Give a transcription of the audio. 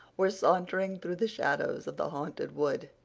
were sauntering through the shadows of the haunted wood.